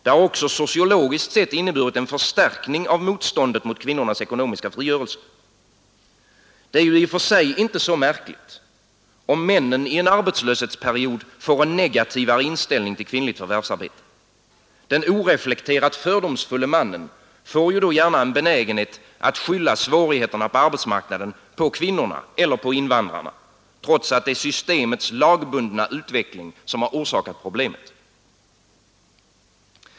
Den har också sociologiskt sett inneburit en förstärkning av motståndet mot kvinnornas ekonomiska frigörelse. Det är ju i och för sig inte så märkligt, om männen i en arbetslöshetsperiod får en negativare inställning till kvinnligt förvärvsarbete. Den oreflekterat fördomsfulle mannen får då gärna en benägenhet att skylla svårigheterna inom arbetsmarknaden på kvinnorna eller på invandrarna, trots att det är systemets lagbundna utveckling som har orsakat problemet.